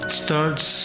starts